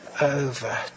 over